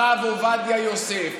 הרב עובדיה יוסף,